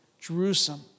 Jerusalem